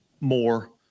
More